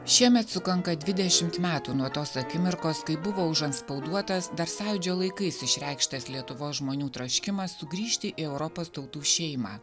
šiemet sukanka dvidešimt metų nuo tos akimirkos kai buvo užantspauduotas dar sąjūdžio laikais išreikštas lietuvos žmonių troškimas sugrįžti į europos tautų šeimą